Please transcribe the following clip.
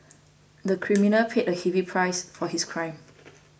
the criminal paid a heavy price for his crime